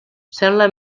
sembla